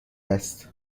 است